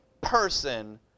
person